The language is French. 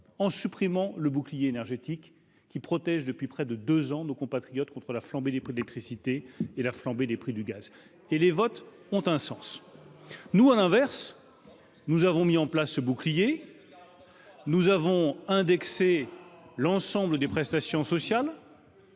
en supprimant le bouclier énergétique qui protège depuis près de 2 ans, nos compatriotes contre la flambée des prix, d'électricité et la flambée des prix du gaz et les votes ont un sens, nous, à l'inverse, nous avons mis en place ce bouclier nous avons indexer l'ensemble des prestations sociales